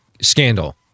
scandal